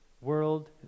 world